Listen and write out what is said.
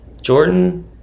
Jordan